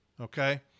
okay